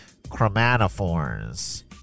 chromatophores